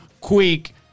quick